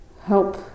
help